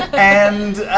and